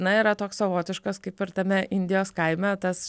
na yra toks savotiškas kaip ir tame indijos kaime tas